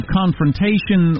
confrontation